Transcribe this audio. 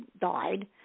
died